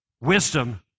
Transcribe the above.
wisdom